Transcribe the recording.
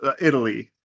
Italy